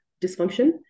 dysfunction